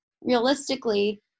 realistically